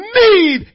need